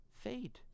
fade